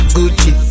Gucci